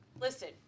listen